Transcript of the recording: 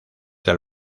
del